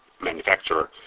manufacturer